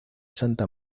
santa